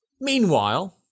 Meanwhile